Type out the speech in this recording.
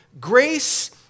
grace